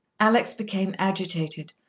alex became agitated,